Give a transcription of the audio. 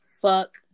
fuck